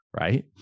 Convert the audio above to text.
right